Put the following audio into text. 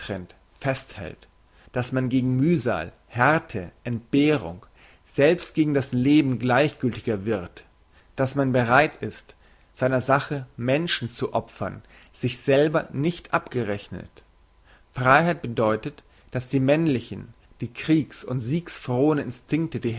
festhält dass man gegen mühsal härte entbehrung selbst gegen das leben gleichgültiger wird dass man bereit ist seiner sache menschen zu opfern sich selber nicht abgerechnet freiheit bedeutet dass die männlichen die kriegs und siegsfrohen instinkte die